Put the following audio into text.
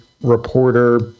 reporter